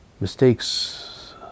Mistakes